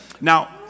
Now